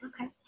okay